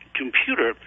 computer